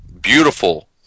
beautiful